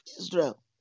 Israel